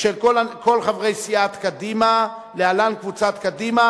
של כל חברי סיעת קדימה, חברי הכנסת ציפי לבני,